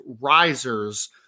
risers